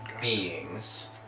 beings